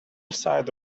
side